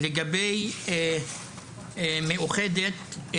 לגבי מאוחדת,